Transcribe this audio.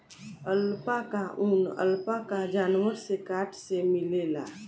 alpaca ऊन, alpaca जानवर से काट के मिलेला